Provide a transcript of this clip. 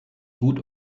gut